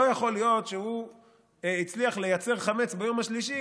לא יכול להיות שהוא הצליח לייצר חמץ ביום השלישי,